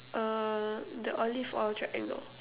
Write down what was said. uh the olive oil triangle